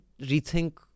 rethink